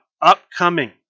Upcoming